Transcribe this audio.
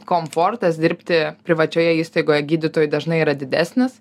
komfortas dirbti privačioje įstaigoje gydytojui dažnai yra didesnis